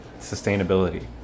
sustainability